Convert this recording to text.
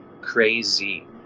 crazy